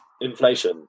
inflation